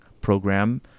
program